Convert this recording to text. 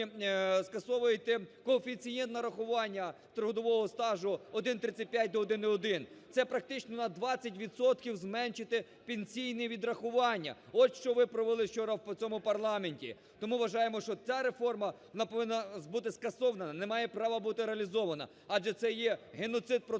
скасовуєте коефіцієнт нарахування трудового стажу 1,35 до 1,1. Це практично на 20 відсотків зменшити пенсійні відрахування, от, що ви провели вчора в цьому парламенті. Тому вважаємо, що ця реформа повинна бути скасована, не має права бути реалізована, адже це є геноцид проти